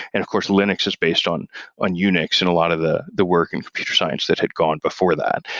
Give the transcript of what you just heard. and of course, linux is based on on unix and a lot of the the work in computer science that had gone before that.